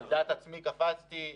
על דעת עצמי קפצתי.